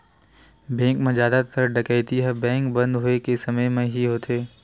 bank म जादातर डकैती ह बेंक बंद होए के समे म ही होथे